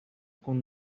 con